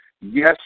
Yes